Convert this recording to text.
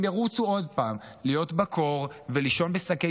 הם ירוצו עוד פעם להיות בקור ולישון בשקי